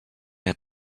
had